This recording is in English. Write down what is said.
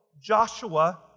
Joshua